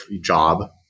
job